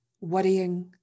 worrying